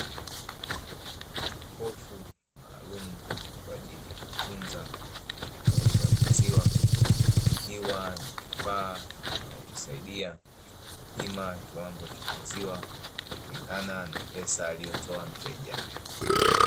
Jokofu maalumu kwa ajili ya kutunza maziwa Ikiwa kifaa kinachosaidia Kupima kiwango cha maziwa kulingana na pesa aliyotoa mteja